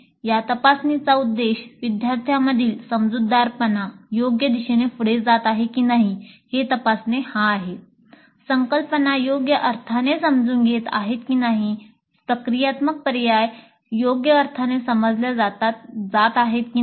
या तपासणीचा उद्देश विद्यार्थ्यांमधील समजूतदारपणा योग्य दिशेने पुढे जात आहे की नाही हे तपासणे हा आहे संकल्पना योग्य अर्थाने समजून घेत आहेत की नाही प्रक्रियात्मक पायर्या योग्य अर्थाने समजल्या जात आहेत की नाही